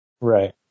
Right